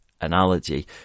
analogy